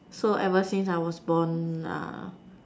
so ever since I was born uh